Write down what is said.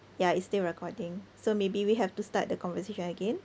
ya it's still recording so maybe we have to start the conversation again